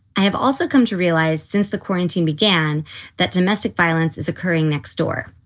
i have also come to realize since the quarantine began that domestic violence is occurring next door.